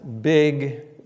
big